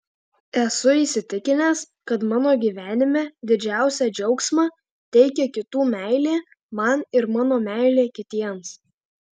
esu įsitikinęs kad mano gyvenime didžiausią džiaugsmą teikia kitų meilė man ir mano meilė kitiems